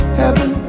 heaven